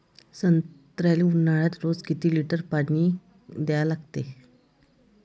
संत्र्याले ऊन्हाळ्यात रोज किती लीटर पानी द्या लागते?